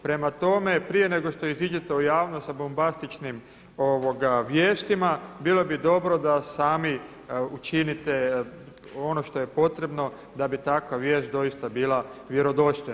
Prema tome, prije nego što iziđete u javnost sa bombastičnim vijestima bilo bi dobro da sami učinite ono što je potrebno da bi takva vijesti doista bila vjerodostojna.